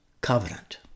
covenant